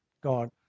God